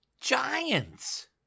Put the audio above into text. giants